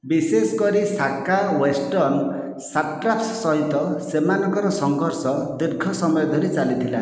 ବିଶେଷ କରି Saka western satraps ସହିତ ସେମାନଙ୍କର ସଂଘର୍ଷ ଦୀର୍ଘ ସମୟ ଧରି ଚାଲିଥିଲା